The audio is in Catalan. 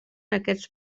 aquests